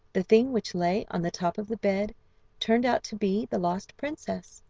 the thing which lay on the top of the bed turned out to be the lost princess.